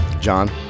John